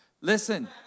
Listen